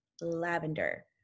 lavender